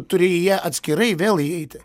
turi į ją atskirai vėl įeiti